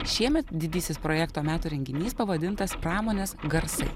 šiemet didysis projekto metų renginys pavadintas pramonės garsai